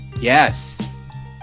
Yes